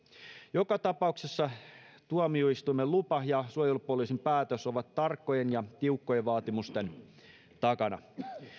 joka tapauksessa tuomioistuimen lupa ja suojelupoliisin päätös ovat tarkkojen ja tiukkojen vaatimusten takana